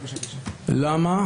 למה?